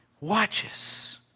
watches